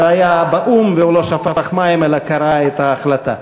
זה היה באו"ם, והוא לא שפך מים אלא קרע את ההחלטה.